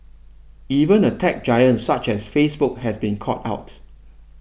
even a tech giant such as Facebook has been caught out